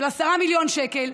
של עשרה מיליון שקלים,